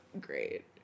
Great